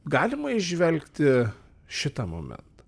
galima įžvelgti šitą momentą